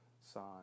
sign